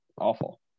awful